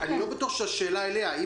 אני לא בטוח שהשאלה מופנית אליה.